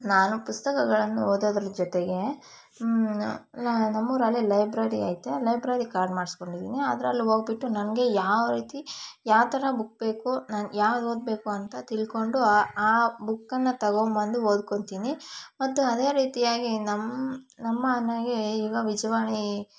ನಾನು ಪುಸ್ತಕಗಳನ್ನು ಓದೋದರ ಜೊತೆಗೆ ನಮ್ಮೂರಲ್ಲಿ ಲೈಬ್ರರಿ ಐತೆ ಲೈಬ್ರರಿ ಕಾರ್ಡ್ ಮಾಡ್ಸ್ಕೊಂಡಿದ್ದೀನಿ ಅದ್ರಲ್ಲಿ ಹೋಗಿಬಿಟ್ಟು ನನಗೆ ಯಾವ ರೀತಿ ಯಾವ ಥರ ಬುಕ್ ಬೇಕೋ ನಾನು ಯಾವ್ದು ಓದಬೇಕು ಅಂತ ತಿಳ್ಕೊಂಡು ಆ ಆ ಬುಕ್ಕನ್ನು ತೊಗೊಂಬಂದು ಓದ್ಕೊತೀನಿ ಮತ್ತು ಅದೇ ರೀತಿಯಾಗಿ ನಮ್ ನಮ್ಮನೆಗೆ ಈಗ ವಿಜಯವಾಣಿ